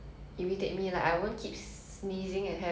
I I don't know how it works